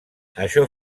això